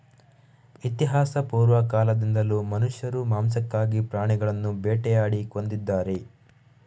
ಇತಿಹಾಸಪೂರ್ವ ಕಾಲದಿಂದಲೂ ಮನುಷ್ಯರು ಮಾಂಸಕ್ಕಾಗಿ ಪ್ರಾಣಿಗಳನ್ನು ಬೇಟೆಯಾಡಿ ಕೊಂದಿದ್ದಾರೆ